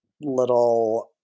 little